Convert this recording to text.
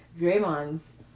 Draymond's